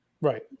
Right